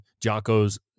Jocko's